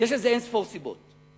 יש לזה אין-ספור סיבות.